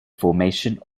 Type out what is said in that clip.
formation